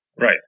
Right